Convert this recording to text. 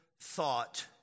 thought